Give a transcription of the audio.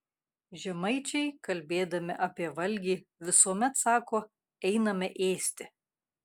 žemaičiai kalbėdami apie valgį visuomet sako einame ėsti